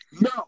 No